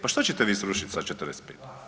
Pa što ćete vi srušiti sa 45?